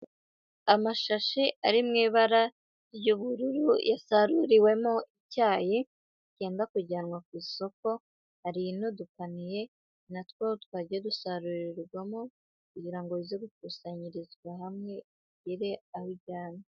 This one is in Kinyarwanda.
Amashashi ari mu ibara ry'ubururu yasaruriwemo icyayi, cyenda kujyanwa ku isoko, hari n'udupaniye na two twagiye dusarurwamo kugira ngo bize gukusanyirizwa hamwe bwire abijyanye.